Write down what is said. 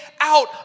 out